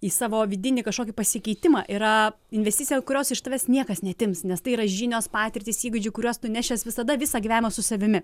į savo vidinį kažkokį pasikeitimą yra investicija kurios iš tavęs niekas neatims nes tai yra žinios patirtys įgūdžiai kuriuos tu nešies visada visą gyvenimą su savimi